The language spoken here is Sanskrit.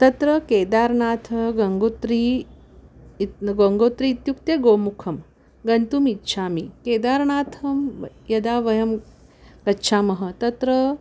तत्र केदारनाथः गङ्गोत्री इति गङ्गोत्री इत्युक्ते गोमुखं गन्तुम् इच्छामि केदारनाथं यदा वयं गच्छामः तत्र